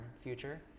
future